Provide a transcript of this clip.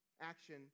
Action